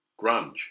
grunge